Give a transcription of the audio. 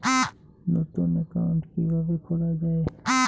নতুন একাউন্ট কিভাবে খোলা য়ায়?